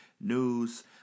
news